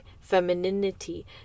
Femininity